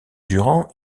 durant